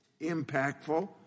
impactful